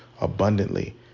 abundantly